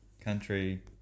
Country